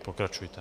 Pokračujte.